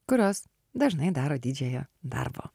kurios dažnai daro didžiąją darbo